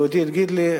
יהודית גידלי,